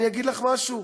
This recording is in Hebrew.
אני אגיד לך משהו,